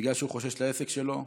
בגלל שהוא חושש לעסק שלו.